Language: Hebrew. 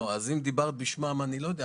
אם דיברת בשמם, אני לא יודע.